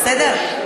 בסדר?